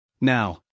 Now